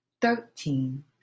thirteen